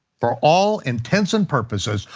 for all intents and purposes,